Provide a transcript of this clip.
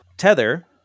Tether